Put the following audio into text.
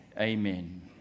amen